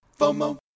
FOMO